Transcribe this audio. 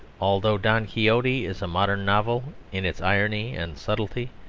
although don quixote is a modern novel in its irony and subtlety,